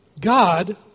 God